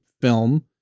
film